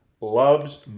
loves